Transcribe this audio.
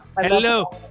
Hello